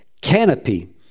canopy